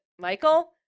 Michael